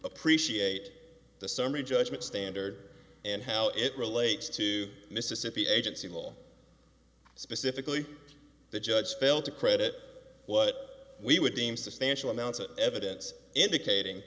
appreciate the summary judgment standard and how it relates to mississippi agency law specifically the judge failed to credit what we would deem substantial amounts of evidence indicating